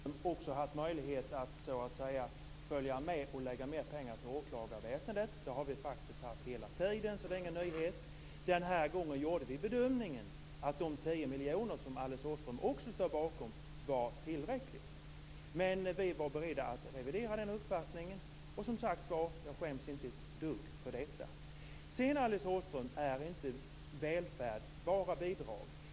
Fru talman! Under föregående fyraårsperiod skulle Alice Åström också haft möjlighet att lägga mer pengar till åklagarväsendet. Det har vi faktiskt velat hela tiden, så det är ingen nyhet. Den här gången gjorde vi bedömningen att de 10 miljoner, som också Alice Åström står bakom, var tillräckliga. Vi var beredda att revidera den uppfattningen. Jag skäms som sagt inte ett dugg för detta. Välfärd är inte bara bidrag, Alice Åström.